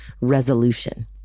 resolution